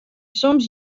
soms